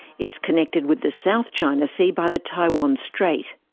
it is connected with the south china sea by the taiwan strait.